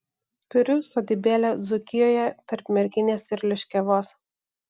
turiu sodybėlę dzūkijoje tarp merkinės ir liškiavos